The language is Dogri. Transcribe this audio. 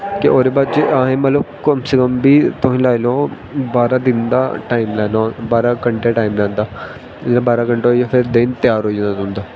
के ओह्दे बाद च असें मतलब कम से कम बी तुस लाई लैओ बारां दिन दा टाइम लैना होदा बारां घैंटे टाइम लैंदा जियां बारां घैंटे होई गे फिर देहीं त्यार होई जंदा